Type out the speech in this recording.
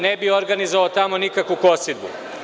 Ne bih organizovao tamo nikakvu kosidbu.